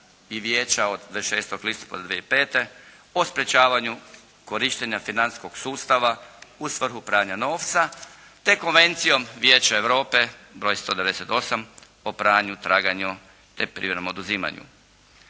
i vijeća od 26. listopada 2005. o sprečavanju korištenja financijskog sustava u svrhu pranja novca. Te Konvencijom Vijeća Europe broj 198 o pranju, traganju te privremenom oduzimanju.